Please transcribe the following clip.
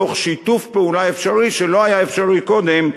תוך שיתוף פעולה אפשרי שלא היה אפשרי קודם,